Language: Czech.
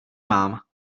mám